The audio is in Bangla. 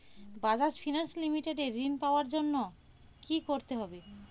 বাজাজ ফিনান্স লিমিটেড এ ঋন পাওয়ার জন্য কি করতে হবে?